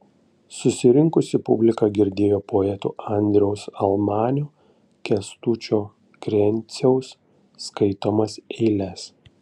susirinkusi publika girdėjo poetų andriaus almanio kęstučio krenciaus skaitomas eiles